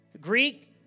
Greek